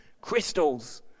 Crystals